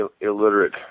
illiterate